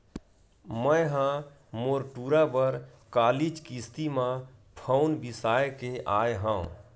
मैय ह मोर टूरा बर कालीच किस्ती म फउन बिसाय के आय हँव